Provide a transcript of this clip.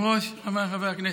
אדוני היושב-ראש, חבריי חברי הכנסת,